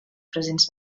presents